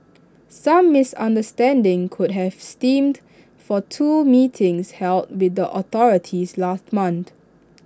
some misunderstanding could have stemmed for two meetings held with the authorities last month